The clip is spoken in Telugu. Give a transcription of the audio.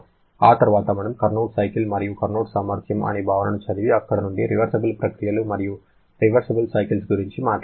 ఆ తర్వాత మనము కార్నోట్ సైకిల్ మరియు కార్నోట్ సామర్థ్యం అనే భావనను చదివి అక్కడి నుండి రివర్సిబుల్ ప్రక్రియలు మరియు రివర్సిబుల్ సైకిల్స్ గురించి మాట్లాడాము